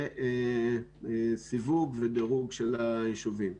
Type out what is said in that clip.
סיווג ודירוג של היישובים.